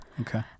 Okay